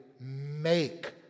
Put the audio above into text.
make